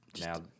now